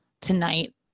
tonight